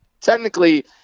technically –